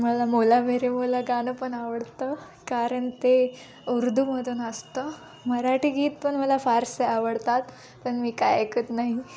मला मौला मेरे मौला गाणं पण आवडतं कारण ते ऊर्दूमधून असतं मराठी गीत पण मला फारसे आवडतात पण मी काय ऐकत नाही